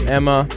Emma